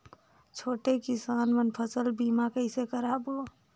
छोटे किसान मन फसल बीमा कइसे कराबो?